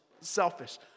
selfish